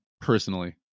personally